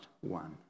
one